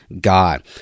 God